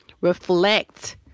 reflect